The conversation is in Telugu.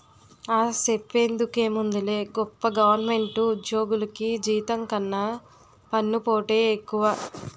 ఆ, సెప్పేందుకేముందిలే గొప్ప గవరమెంటు ఉజ్జోగులికి జీతం కన్నా పన్నుపోటే ఎక్కువ